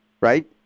right